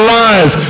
lives